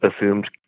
assumed